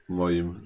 moim